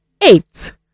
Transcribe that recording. eight